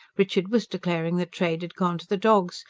richard was declaring that trade had gone to the dogs,